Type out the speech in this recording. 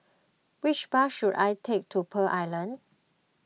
which bus should I take to Pearl Island